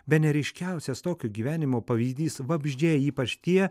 bene ryškiausias tokio gyvenimo pavyzdys vabzdžiai ypač tie